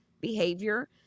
behavior